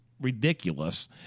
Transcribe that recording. ridiculous